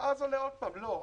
שאז אומרים שוב: לא,